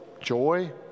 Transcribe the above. joy